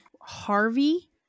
Harvey